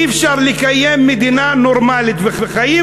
אי-אפשר לקיים מדינה נורמלית וחיים